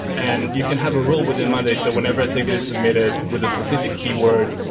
and you can have a role within monday. so whenever a ticket is submitted with a specific keyword,